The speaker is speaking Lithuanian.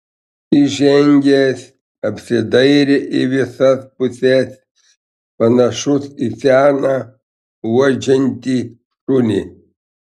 įžengęs apsidairė į visas puses panašus į seną uodžiantį šunį